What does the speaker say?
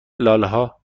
لالهها